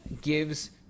gives